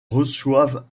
reçoivent